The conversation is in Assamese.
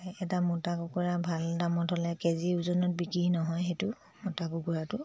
এটা মতা কুকুৰা ভাল দামত হ'লে কেজি ওজনত বিকি নহয় সেইটো মতা কুকুৰাটো